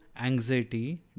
anxiety